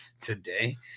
today